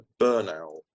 burnout